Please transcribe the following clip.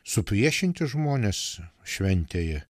supriešinti žmones šventėje